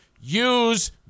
use